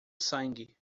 sangue